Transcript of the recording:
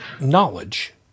knowledge